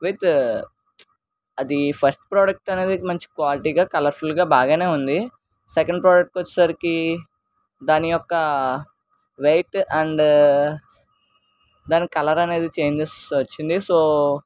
with అది first product అనేది మంచి క్వాలిటీగా కలర్ఫుల్గా బాగానే ఉంది సెకండ్ ప్రోడక్ట్కి వచ్చేసరికి దాని యొక్క వెయిట్ అండ్ దాని కలర్ అనేది చేంజస్ వచ్చింది సో